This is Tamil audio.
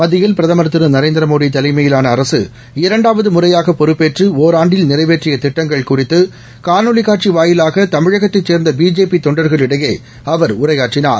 மத்தியில் பிரதமர் திரு நரேந்திரமோடி தலைமையிலாள அரசு இரண்டாவது முறையாக பொறுப்பேற்று ஒராண்டில் நிறைவேற்றிய திட்டங்கள் குறித்து காணொலி காட்சி வாயிலாக தமிழகத்தைச் சேர்ந்த பிஜேபி தொண்டர்களிடையே அவர் உரையாற்றினார்